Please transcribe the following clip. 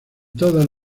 todas